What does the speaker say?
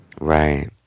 Right